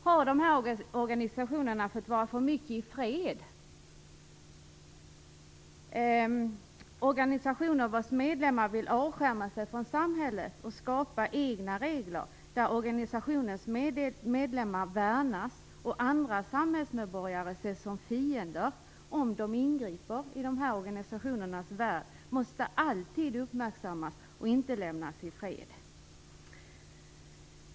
Har dessa organisationer fått vara i fred för mycket? Organisationer vilkas medlemmar vill avskärma sig från samhället och skapa egna regler där de värnar om sig själva och där andra samhällsmedborgare ses som fiender om de ingriper i organisationens värld måste alltid uppmärksammas. De får inte lämnas i fred.